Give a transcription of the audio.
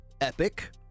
epic